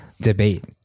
debate